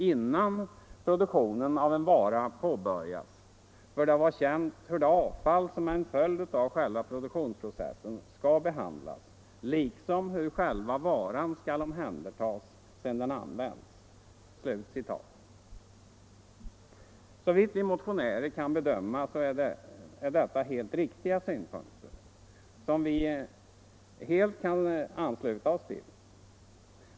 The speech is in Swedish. Innan produktionen av en vara påbörjas bör det vara känt hur det avfall som är en följd av själva produktionsprocessen skall behandlas liksom hur själva varan skall omhändertas sedan den använts.” Såvitt vi motionärer kan bedöma är detta alldeles riktiga synpunkter, som vi helt kan ansluta oss till.